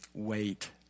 Wait